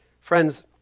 Friends